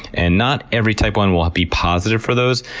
and not every type one will be positive for those,